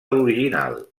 l’original